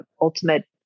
ultimate